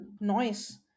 noise